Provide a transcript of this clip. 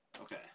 okay